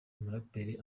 umuraperi